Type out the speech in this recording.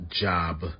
job